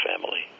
family